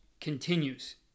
continues